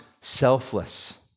selfless